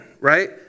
right